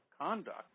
conduct